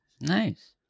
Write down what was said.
Nice